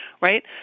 right